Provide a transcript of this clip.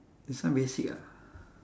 this one basic ah